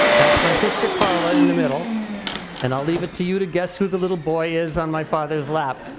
that's my sister carla in the middle and i'll leave it to you to guess who the little boy is on my father's lap.